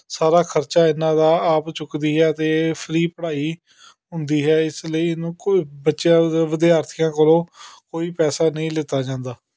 ਸਾਰਾ ਖ਼ਰਚਾ ਇਹਨਾਂ ਦਾ ਆਪ ਚੁੱਕਦੀ ਹੈ ਅਤੇ ਫਰੀ ਪੜ੍ਹਾਈ ਹੁੰਦੀ ਹੈ ਇਸ ਲਈ ਇਹਨੂੰ ਕੋਈ ਬੱਚਾ ਵਿਦਿਆਰਥੀਆਂ ਕੋਲੋਂ ਕੋਈ ਪੈਸਾ ਨਹੀਂ ਲਿੱਤਾ ਜਾਂਦਾ